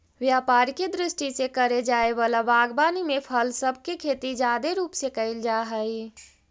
व्यापार के दृष्टि से करे जाए वला बागवानी में फल सब के खेती जादे रूप से कयल जा हई